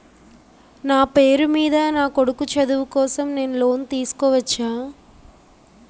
నా పేరు మీద నా కొడుకు చదువు కోసం నేను లోన్ తీసుకోవచ్చా?